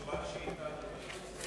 ותשובה לשאילתא?